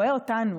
רואה אותנו,